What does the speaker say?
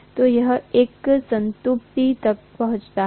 तो यह एक संतृप्ति तक पहुँचता है